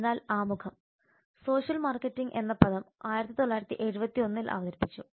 അതിനാൽ ആമുഖം social marketing എന്ന പദം 1971 ൽ അവതരിപ്പിച്ചു